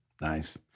Nice